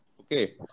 Okay